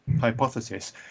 hypothesis